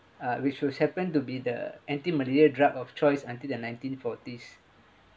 uh which were happened to be the anti-malaria drug of choice until the nineteen forties